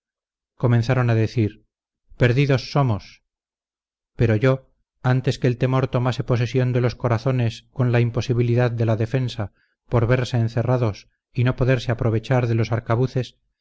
comenzaron a decir perdidos somos pero yo antes que el temor tornase posesión de los corazones con la imposibilidad de la defensa por verse encerrados y no poderse aprovechar de los arcabuces